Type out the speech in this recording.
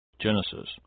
Genesis